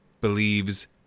believes